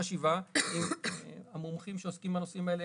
חשיבה עם המומחים שעוסקים בנושאים האלה,